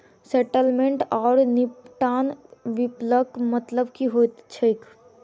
Settlement आओर निपटान विकल्पक मतलब की होइत छैक?